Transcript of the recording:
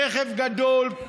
רכב גדול,